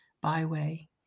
byway